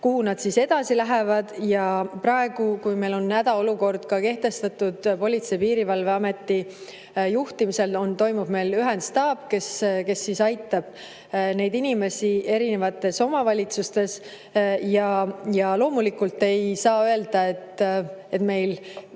kuhu nad edasi lähevad. Ja praegu, kui meil on hädaolukord kehtestatud, Politsei‑ ja Piirivalveameti juhtimisel toimib meil ühendstaap, kes aitab neid inimesi erinevates omavalitsustes. Ja loomulikult ei saa öelda, et meil